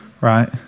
right